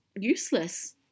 useless